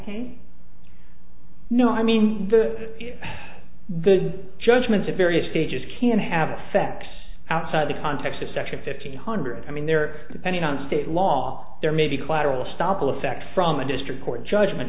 cane no i mean the good judgments of various stages can have sex outside the context of section fifty hundred i mean there are depending on state law there may be collateral estoppel effect from a district court judgement